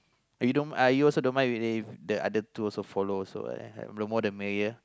you don't uh you also don't mind if if the other two also follow so uh the more the merrier